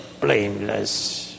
blameless